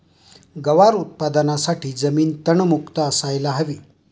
गवार उत्पादनासाठी जमीन तणमुक्त असायला हवी